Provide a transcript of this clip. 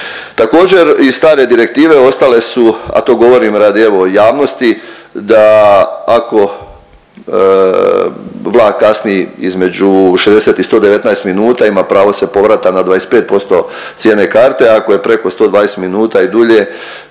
Također, iz stare direktive ostale su, a to govorim radi evo javnosti da ako vlak kasni između 60 i 119 minuta ima pravo se povrata na 25% cijene karte, ako je preko 120 minuta i dulje